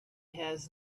has